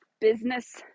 business